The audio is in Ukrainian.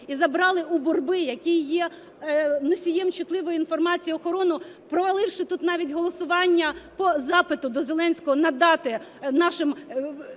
і забрали у Бурби, який є носієм чутливої інформації, охорону, проваливши тут навіть голосування по запиту до Зеленського надати нашим